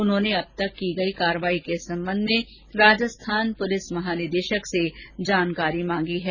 उन्होंने अब तक की कार्रवाई के संबंध में राजस्थान पुर्लिस महानिदेशक से जानकारी मांगी है